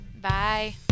bye